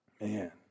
Man